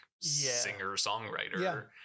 singer-songwriter